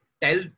tell